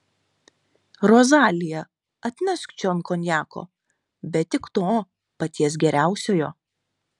rozalija atnešk čion konjako bet tik to paties geriausiojo